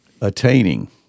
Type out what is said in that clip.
attaining